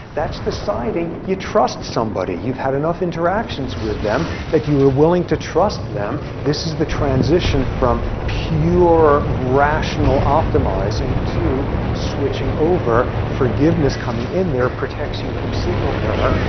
that's deciding you trust somebody. you've had enough interactions with them that you are willing to trust them. this is the transition from pure rational optimizing to switching over, forgiveness coming in there protects you from signal error.